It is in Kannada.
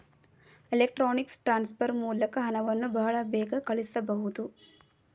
ಎಲೆಕ್ಟ್ರೊನಿಕ್ಸ್ ಟ್ರಾನ್ಸ್ಫರ್ ಮೂಲಕ ಹಣವನ್ನು ಬಹಳ ಬೇಗ ಕಳಿಸಬಹುದು